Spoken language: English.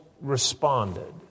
responded